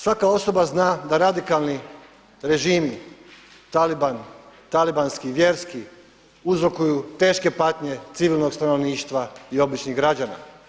Svaka osoba zna da radikalni režim taliban, talibanski vjerski uzrokuju teške patnje civilnog stanovništva i običnih građana.